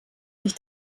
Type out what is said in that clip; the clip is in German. sich